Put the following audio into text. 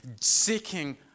seeking